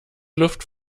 luft